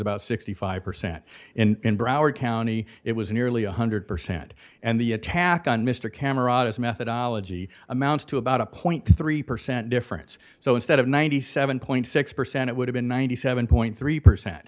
about sixty five percent and in broward county it was nearly one hundred percent and the attack on mr cameron as methodology amounts to about zero point three percent difference so instead of ninety seven point six percent it would have been ninety seven point three percent